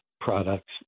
products